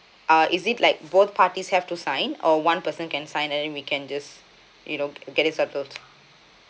uh is it like both parties have to sign or one person can sign and then we can just you know get its approved